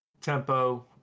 tempo